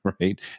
right